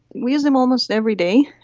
we use them almost every day.